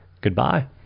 Goodbye